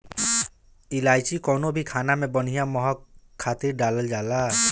इलायची कवनो भी खाना में बढ़िया महक खातिर डालल जाला